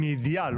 מידיעה.